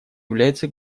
является